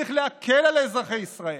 צריך להקל על אזרחי ישראל.